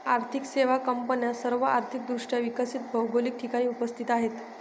आर्थिक सेवा कंपन्या सर्व आर्थिक दृष्ट्या विकसित भौगोलिक ठिकाणी उपस्थित आहेत